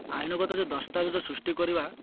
ଆଇନଗତ ଯେଉଁ ଦସ୍ତାବିଜ ସୃଷ୍ଟି କରିବା